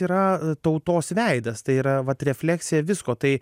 yra tautos veidas tai yra vat refleksija visko tai